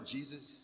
Jesus